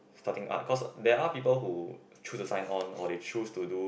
starting art because there are people who choose to sign on or they choose to do